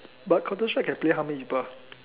but Counterstrike can play how many people